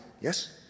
yes